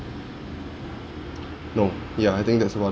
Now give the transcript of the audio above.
no ya I think that's about